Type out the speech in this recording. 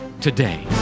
today